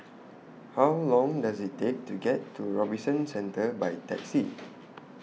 How Long Does IT Take to get to Robinson Centre By Taxi